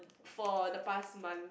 for the past month